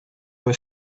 were